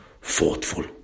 thoughtful